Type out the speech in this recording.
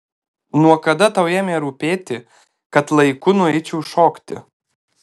nuo kada tau ėmė rūpėti kad laiku nueičiau šokti